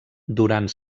durant